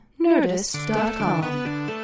nerdist.com